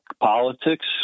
politics